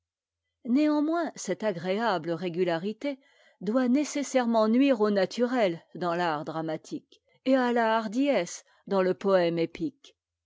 néanmoins cette agréame réguiarité doit nécessairement nuire au naturel dans l'art dramatique et à la hardiesse dans le poëme épique